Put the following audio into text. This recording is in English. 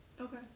Okay